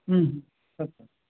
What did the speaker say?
सत्यम्